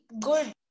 good